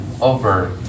over